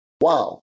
wow